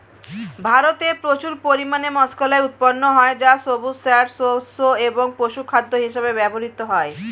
ভারতে প্রচুর পরিমাণে মাষকলাই উৎপন্ন হয় যা সবুজ সার, শস্য এবং পশুখাদ্য হিসেবে ব্যবহৃত হয়